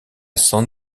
san